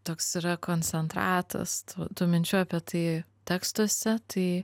toks yra koncentratas tų minčių apie tai tekstuose tai